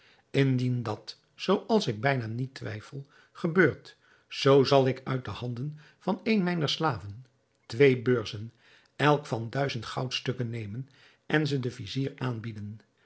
indien dat zooals ik bijna niet twijfel gebeurt zoo zal ik uit de handen van een mijner slaven twee beurzen elk van duizend goudstukken nemen en ze den vizier aanbieden